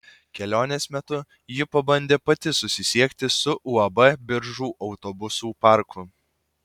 kelionės metu ji pabandė pati susisiekti su uab biržų autobusų parku